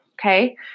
okay